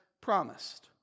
promised